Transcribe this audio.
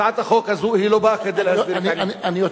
הצעת החוק הזאת לא באה כדי להסדיר את העניין.